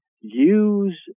use